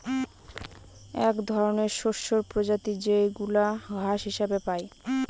এক ধরনের শস্যের প্রজাতি যেইগুলা ঘাস হিসেবে পাই